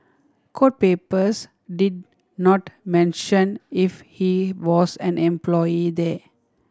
court papers did not mention if he was an employee there